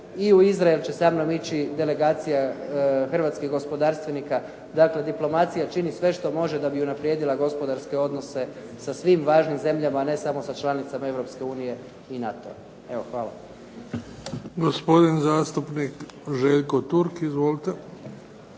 I u Izrael će sa mnom ići delegacija hrvatskih gospodarstvenika. Dakle, diplomacija čini sve što može da bi unaprijedila gospodarske odnose sa svim važnim zemljama a ne samo sa članicama Europske unije i NATO-a. Hvala.